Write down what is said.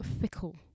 fickle